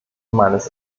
meines